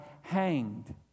hanged